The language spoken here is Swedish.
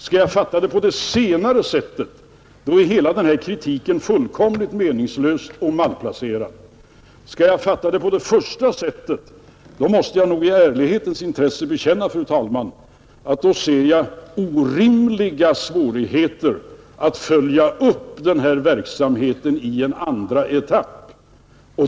Skall jag fatta det på det senare sättet är hela den här kritiken fullkomligt meningslös och malplacerad. Skall jag fatta det på det första sättet måste jag nog i ärlighetens intresse bekänna, fru talman, att då ser jag orimliga svårigheter att följa upp verksamheten i en andra etapp.